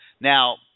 Now